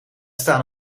staan